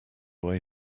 way